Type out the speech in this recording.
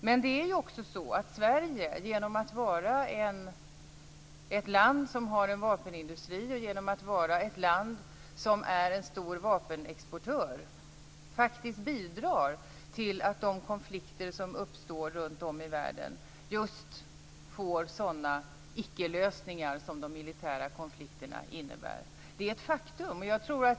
Men Sverige, genom att vara ett land som har en vapenindustri och ett land som är en stor vapenexportör, bidrar faktiskt till att de konflikter som uppstår runt om i världen just får sådana icke-lösningar som de militära konflikterna innebär. Det är ett faktum.